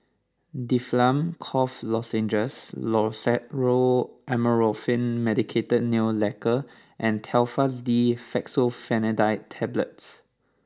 Difflam Cough Lozenges Loceryl Amorolfine Medicated Nail Lacquer and Telfast D Fexofenadine Tablets